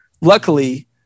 luckily